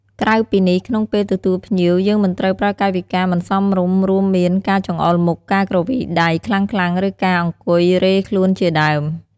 ក្រៅពីនេះក្នុងពេលទទួលភ្ញៀវយើងមិនត្រូវប្រើកាយវិការមិនសមរម្យរួមមាន ការចង្អុលមុខ ការគ្រវីដៃខ្លាំងៗ ឬការអង្គុយរេខ្លួនជាដើម។